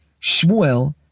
Shmuel